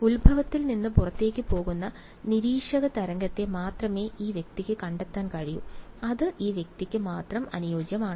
ഉത്ഭവത്തിൽ നിന്ന് പുറത്തേക്ക് പോകുന്ന നിരീക്ഷക തരംഗത്തെ മാത്രമേ ഈ വ്യക്തിക്ക് കണ്ടെത്താൻ കഴിയൂ അത് ഈ വ്യക്തിക്ക് മാത്രം അനുയോജ്യമാണ്